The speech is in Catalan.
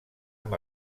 amb